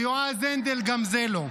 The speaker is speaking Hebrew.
ליועז הנדל גם זה לא.